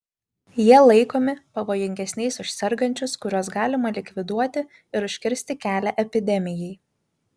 jie laikomi pavojingesniais už sergančius kuriuos galima likviduoti ir užkirsti kelią epidemijai